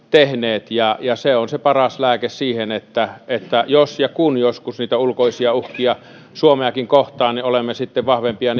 tehneet se on se paras lääke siihen että että jos ja kun joskus niitä ulkoisia uhkia suomeenkin kohdistuu olemme sitten vahvempia